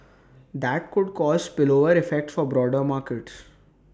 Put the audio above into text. that could cause spillover effects for broader markets